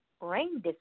Rain